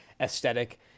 aesthetic